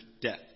death